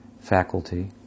faculty